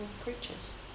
creatures